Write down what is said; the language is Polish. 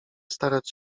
starać